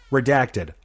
Redacted